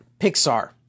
Pixar